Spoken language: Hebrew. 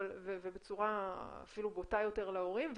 ובצורה אפילו בוטה יותר להורים,